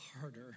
harder